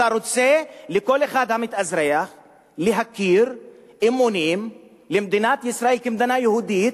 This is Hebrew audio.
אתה רוצה שכל אחד שמתאזרח יצהיר אמונים למדינת ישראל כמדינה יהודית,